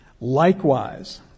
Likewise